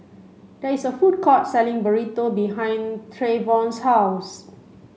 there is a food court selling Burrito behind Trayvon's house